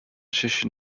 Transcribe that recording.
position